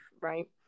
right